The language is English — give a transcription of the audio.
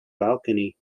balcony